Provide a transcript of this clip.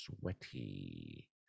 sweaty